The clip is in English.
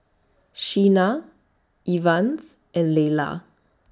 Sheena Evans and Layla